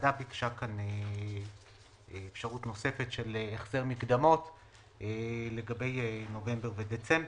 הוועדה ביקשה כאן אפשרות נוספת של החזר מקדמות לגבי נובמבר ודצמבר.